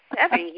seven